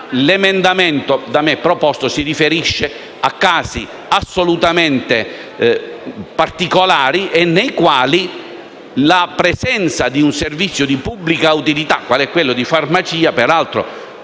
l'emendamento da me proposto si riferisce a casi assolutamente particolari, come la presenza di un servizio di pubblica utilità quale è quello di farmacia - come